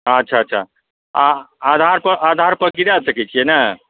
अच्छा अच्छा अच्छा आधारपर आधारपर गिरा सकै छियै नऽ